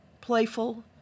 Playful